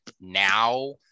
now